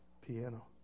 piano